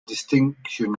distinction